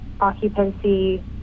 occupancy